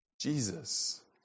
Jesus